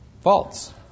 false